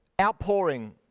outpouring